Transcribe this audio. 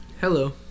Hello